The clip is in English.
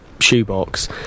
shoebox